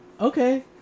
okay